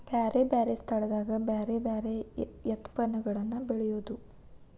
ಬ್ಯಾರೆ ಬ್ಯಾರೆ ಸ್ಥಳದಾಗ ಬ್ಯಾರೆ ಬ್ಯಾರೆ ಯತ್ಪನ್ನಗಳನ್ನ ಬೆಳೆಯುದು